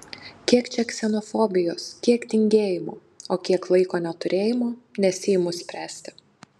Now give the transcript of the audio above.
kiek čia ksenofobijos kiek tingėjimo o kiek laiko neturėjimo nesiimu spręsti